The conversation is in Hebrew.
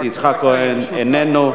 יצחק וקנין, איננו.